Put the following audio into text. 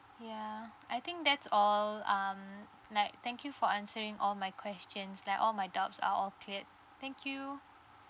ya I think that's all um like thank you for answering all my questions like all my doubts are all cleared thank you